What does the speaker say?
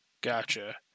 Gotcha